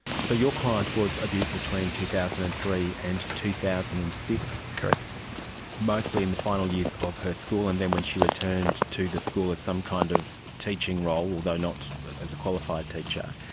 so your client was abused between two thousand and three and two thousand and six, mostly in the final years of her school, and then when she returned to the school as some kind of teaching role, although not as a qualified teacher.